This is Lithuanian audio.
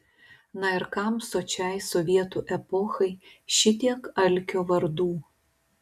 na ir kam sočiai sovietų epochai šitiek alkio vardų